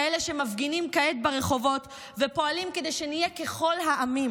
שמפגינים כעת ברחובות ופועלים כדי שנהיה ככל העמים,